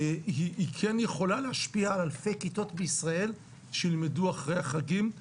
היא כן יכולה להשפיע על אלפי כיתות בישראל שילמדו אחרי החגים.